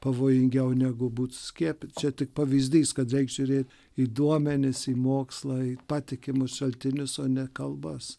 pavojingiau negu būti skiepyt čia tik pavyzdys kad reik žiūrėti į duomenis į mokslą į patikimus šaltinius o ne kalbas